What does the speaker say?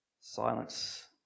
silence